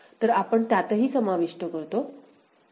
तर आपण त्यातही समाविष्ट करतो